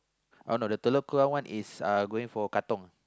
oh no the Telok-Kurau one it going for Katong